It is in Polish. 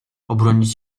obronić